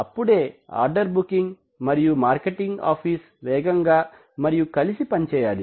అప్పుడే order booking మరియు marketing office వేగంగా మరియు కలిసి పని చేయాలి